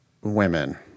women